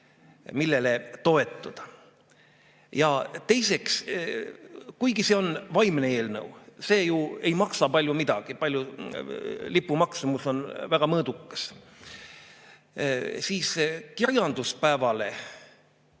millele toetuda. Teiseks, kuigi see on vaimne eelnõu, see ju ei maksa palju midagi, lipu maksumus on väga mõõdukas, siis kirjanduse päevale